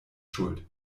schuld